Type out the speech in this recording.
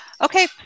Okay